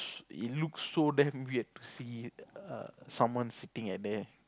it looks so damn weird to see err someone sitting at there